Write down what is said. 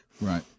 Right